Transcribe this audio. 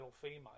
female